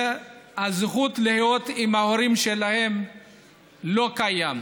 הזכות להיות עם ההורים שלהם לא קיימת.